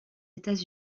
états